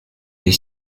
des